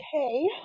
okay